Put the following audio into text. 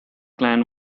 clan